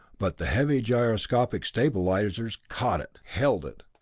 but the heavy gyroscopic stabilizers caught it, held it,